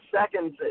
seconds